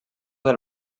del